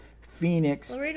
Phoenix